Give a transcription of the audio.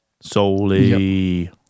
solely